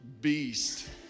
beast